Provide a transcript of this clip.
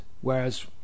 whereas